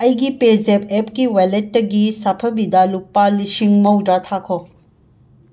ꯑꯩꯒꯤ ꯄꯦꯖꯦꯞ ꯑꯦꯞꯀꯤ ꯋꯥꯂꯦꯠꯇꯒꯤ ꯁꯥꯐꯕꯤꯗ ꯂꯨꯄꯥ ꯂꯤꯁꯤꯡ ꯃꯧꯗ꯭ꯔꯥ ꯊꯥꯈꯣ